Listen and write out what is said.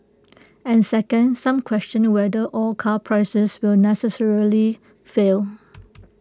and second some question whether all car prices will necessarily fail